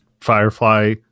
Firefly